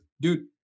dude